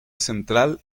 central